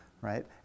right